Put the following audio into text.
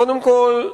קודם כול,